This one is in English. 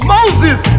Moses